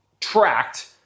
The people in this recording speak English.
tracked